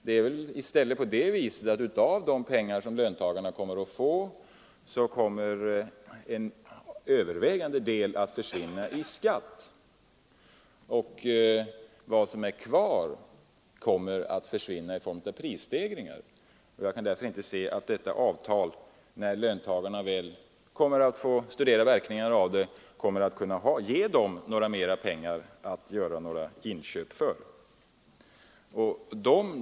Det är väl i stället på det sättet att av de pengar som löntagaren kommer att få försvinner en övervägande del i skatt. Vad som är kvar kommer att försvinna genom prisstegringar. Jag kan därför inte se att detta avtal, sedan löntagarna har fått känna av verkningarna av det, kommer att ge dem mera pengar att göra några inköp för.